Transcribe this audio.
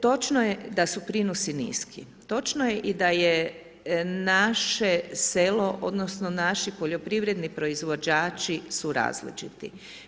Točno je da su prinosi niski, točno je i da je naše selo odnosno naši poljoprivredni proizvođači su različiti.